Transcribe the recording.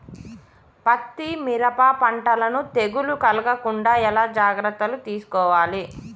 పత్తి మిరప పంటలను తెగులు కలగకుండా ఎలా జాగ్రత్తలు తీసుకోవాలి?